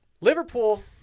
Liverpool